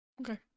Okay